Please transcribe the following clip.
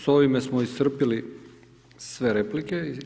S ovime smo iscrpili sve replike.